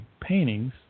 paintings